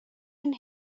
and